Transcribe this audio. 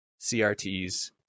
CRTs